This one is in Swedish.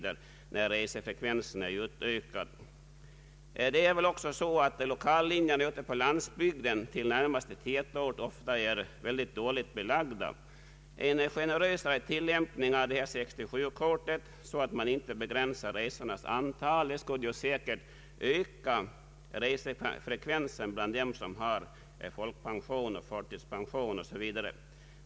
när resefrekvensen är hög. Det är väl också så att lokalförbindelserna till tätorterna ute på landsbygden ofta är mycket dåligt belagda, En generös tillämpning av 67-kortet så att resornas antal inte blir begränsat skulle säkert öka resefrekvensen bland dem som har folkpension, förtidspension osv.